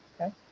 Okay